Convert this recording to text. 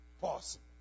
possible